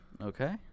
Okay